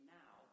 now